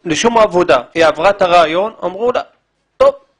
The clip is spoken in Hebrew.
היא עברה את הריאיון ואמרו לה מתאים.